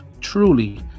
truly